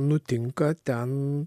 nutinka ten